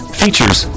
features